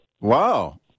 Wow